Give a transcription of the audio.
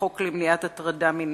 החוק למניעת הטרדה מינית,